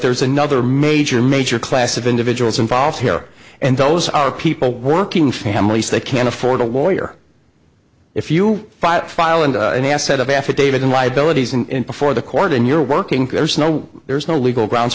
there's another major major class of individuals involved here and those are people working families that can afford a lawyer if you fight file and an asset of affidavit in liabilities in before the court and you're working there's no there's no legal grounds